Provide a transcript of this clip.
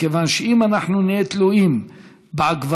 מכיוון שאם אנחנו נהיה תלויים בעגבנייה